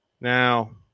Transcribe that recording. Now